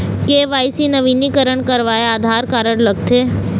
KYC नवीनीकरण करवाये Aadhaar card लगथे?